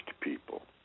people